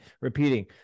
repeating